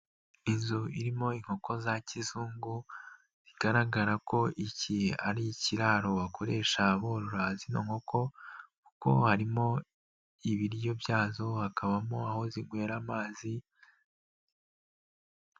Inzu irimo inkoko za kizungu, bigaragara ko iki ari ikiraro bakoresha abororaza inkoko, kuko harimo ibiryo byazo, hakabamo aho zinywera amazi.